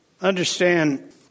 Understand